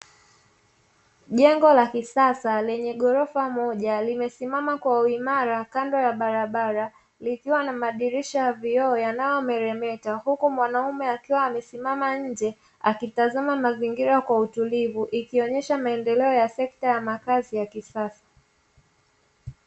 Jengo la kisasa lenye ghorofa moja limesimama kwa uimara kando ya barabara, likiwa na madirisha ya vioo yanayo meremeta. Huku mwanaume akiwa amesimama nje, akitazama mazingira kwa utulivu, ikionesha maendeleo ya sekta ya makazi ya kisasa.